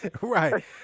Right